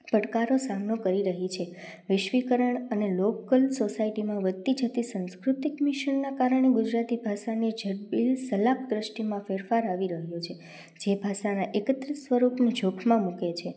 પડકારો સામનો કરી રહી છે વૈશ્વિકરણ અને લોકલ સોસાયટીમાં વધતી જતી સાંસ્કૃતિક મિશનના કારણે ગુજરાતી ભાષાની જડબેસલાક દૃષ્ટિમાં ફેરફાર આવી રહ્યો છે જે ભાષાના એકત્રિત સ્વરૂપને જોખમમાં મૂકે છે